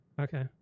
Okay